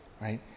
right